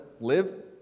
live